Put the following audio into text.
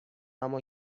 اما